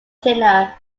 thinner